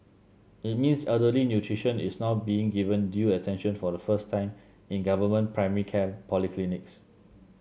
it means elderly nutrition is now being given due attention for the first time in government primary care polyclinics